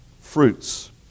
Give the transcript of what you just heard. fruits